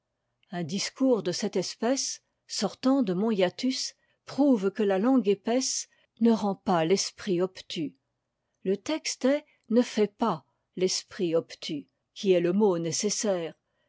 un discours de cette espèce sortant de mon hiatus prouve que la langue épaisse ne rend pas l'esprit obtus le texte est ne fait pas l'esprit obtus qui est le mot nécessaire